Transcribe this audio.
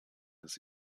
des